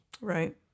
Right